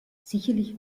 sicherlich